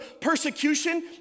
persecution